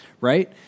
right